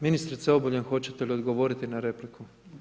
Ministrice Obuljen, hoćete li odgovoriti na repliku?